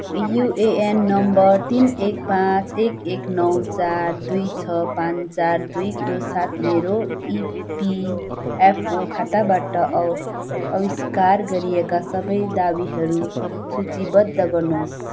UAN number तिन एक पाँच एक एक नौ चार दुई छ पाँच चार दुईको साथ मेरो इपिएफओ खाताबाट अ अस्वीकार गरिएका सबै दावीहरू सूचीबद्ध गर्नुहोस्